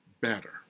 better